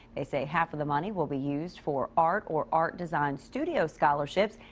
they say half of the money will be used for art or art-design studio scholarships.